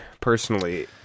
personally